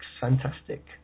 fantastic